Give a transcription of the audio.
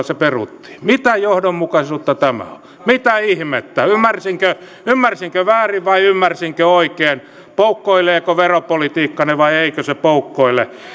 se peruttiin mitä johdonmukaisuutta tämä on mitä ihmettä ymmärsinkö ymmärsinkö väärin vai ymmärsinkö oikein poukkoileeko veropolitiikkanne vai eikö se poukkoile